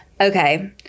Okay